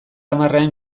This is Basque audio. hamarrean